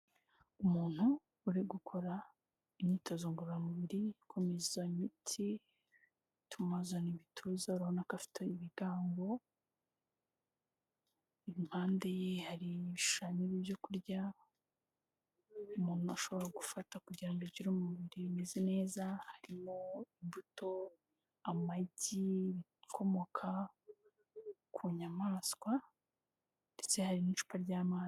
Umuntu uri gukora imyitozo ngororamubiri ikomeza imitsi, ituma azana ibituza, urabona ko afite ibigango, impande ye hari ibishushanyo by'ibyo kurya, umuntu ashobora gufata kugira ngo agire umubiri umeze neza harimo imbuto, amagi, ibikomoka ku nyamaswa ndetse hari n'icupa ry'amazi.